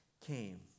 came